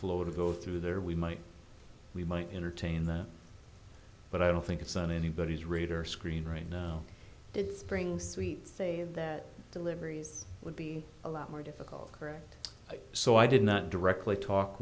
flow to go through there we might we might entertain the but i don't think it's on anybody's radar screen right now it's bringing sweet say that deliveries would be a lot more difficult correct so i did not directly talk